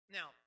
Now